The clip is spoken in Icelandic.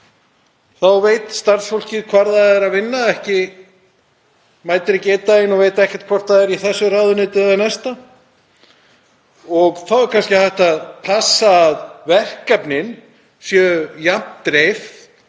Þá veit starfsfólkið hvar það er að vinna, mætir ekki einn daginn og veit ekki hvort það er í þessu ráðuneyti eða því næsta. Þá er kannski hægt að passa að verkefnin séu jafnt dreifð